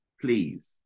please